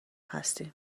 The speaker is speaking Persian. هستیم